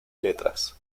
letras